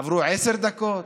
עברו עשר דקות,